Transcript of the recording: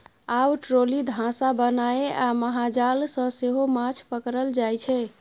आब ट्रोली, धासा बनाए आ महाजाल सँ सेहो माछ पकरल जाइ छै